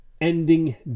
ending